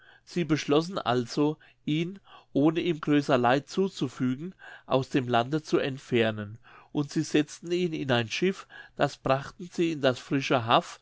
sie beschlossen also ihn ohne ihm größer leid zuzufügen aus dem lande zu entfernen und sie setzten ihn in ein schiff das brachten sie in das frische haff